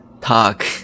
talk